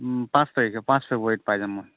পাঁচ তাৰিখে পাঁচ ফেব্ৰুৱাৰীত পাই যাম মই